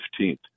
15th